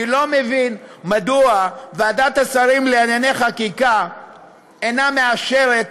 מדוע ועדת השרים לענייני חקיקה אינה מאשרת,